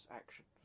action